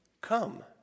come